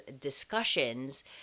discussions